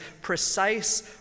precise